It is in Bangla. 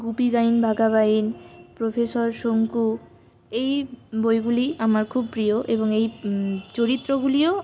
গুপী গাইন বাঘা বাইন প্রফেসর শঙ্কু এই বইগুলি আমার খুব প্রিয় এবং এই চরিত্রগুলিও